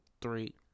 Three